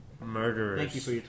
murderers